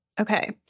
okay